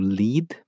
lead